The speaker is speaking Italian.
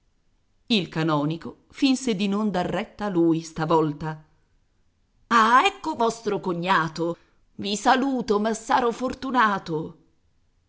il canonico finse di non dar retta lui stavolta ah ecco vostro cognato i saluto massaro fortunato